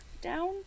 down